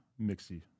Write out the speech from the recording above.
mixy